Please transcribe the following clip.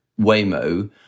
Waymo